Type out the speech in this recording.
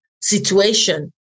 situation